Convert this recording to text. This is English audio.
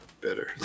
better